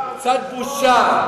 קצת בושה.